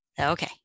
Okay